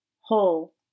Whole